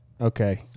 okay